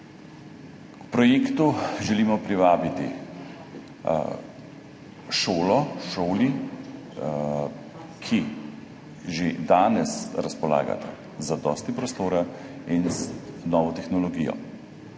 K projektu želimo privabiti šoli, ki že danes razpolagata z zadosti prostora in novo tehnologijo.